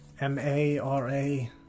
M-A-R-A